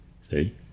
see